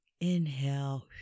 inhale